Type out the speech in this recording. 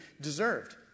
deserved